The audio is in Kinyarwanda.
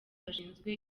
bashinzwe